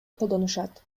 колдонушат